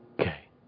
Okay